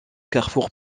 carrefour